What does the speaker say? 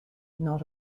not